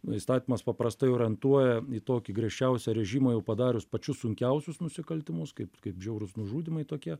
įstatymas paprastai orientuoja į tokį griežčiausią režimą jau padarius pačius sunkiausius nusikaltimus kaip kaip žiaurūs nužudymai tokie